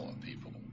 people